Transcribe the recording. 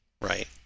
Right